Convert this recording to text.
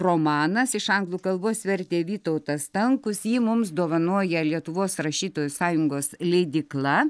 romanas iš anglų kalbos vertė vytautas stankus jį mums dovanoja lietuvos rašytojų sąjungos leidykla